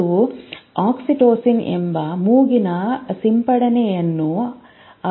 ಜನರು "ಆಕ್ಸಿಟೋಸಿನ್" ಎಂಬ ಮೂಗಿನ ಸಿಂಪಡಣೆಯನ್ನು ಅಭಿವೃದ್ಧಿಪಡಿಸಿದ್ದಾರೆ